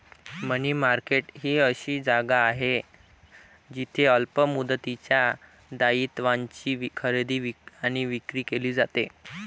मनी market ही अशी जागा आहे जिथे अल्प मुदतीच्या दायित्वांची खरेदी आणि विक्री केली जाते